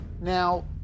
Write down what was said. Now